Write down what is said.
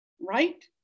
right